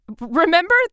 remember